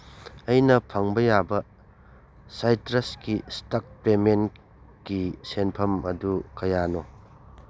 ꯑꯩꯅ ꯐꯪꯕ ꯌꯥꯕ ꯁꯥꯏꯇ꯭ꯔꯁꯀꯤ ꯏꯁꯇꯛ ꯄꯦꯃꯦꯟꯒꯤ ꯁꯦꯟꯐꯝ ꯑꯗꯨ ꯀꯌꯥꯅꯣ